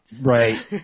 Right